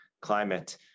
climate